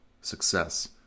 success